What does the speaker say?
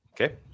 Okay